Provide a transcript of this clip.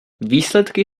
výsledky